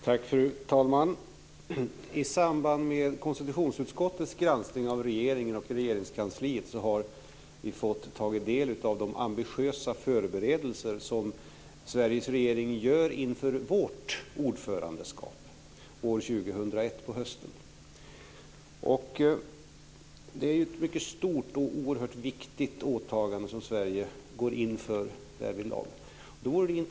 Fru talman! I samband med konstitutionsutskottets granskning av regeringen och Regeringskansliet har vi fått ta del av de ambitiösa förberedelser som Sveriges regering gör inför vårt ordförandeskap år 2001 på hösten. Det är ett mycket stort och oerhört viktigt åtagande som Sverige går in för därvidlag.